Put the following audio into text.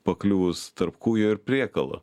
pakliuvus tarp kūjo ir priekalo